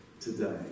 today